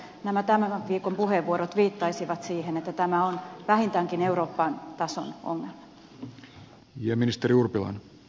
nämä tämän viikon puheenvuorot viittaisivat siihen että tämä on vähintäänkin eurooppa tason ongelma